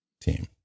team